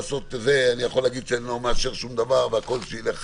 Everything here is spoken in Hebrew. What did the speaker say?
אני יכול לומר שאני לא מאשר כלום ושהכול ילך